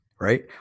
Right